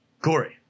Corey